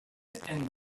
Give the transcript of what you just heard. and